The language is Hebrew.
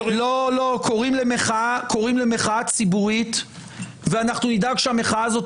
קוראים למחאה ציבורית ואנו נדאג שהמחאה הזאת